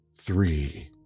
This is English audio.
three